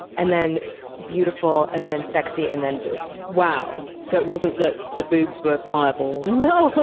and then beautiful, and then sexy, and then boobs. wow. so it wasn't that the boobs were pliable. no.